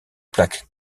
plaque